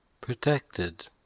protected